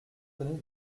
connaît